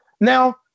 now